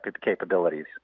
capabilities